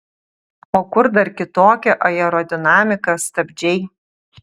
o kur dar kitokia aerodinamika stabdžiai